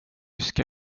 ska